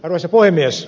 arvoisa puhemies